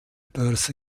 börse